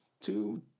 two